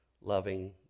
loving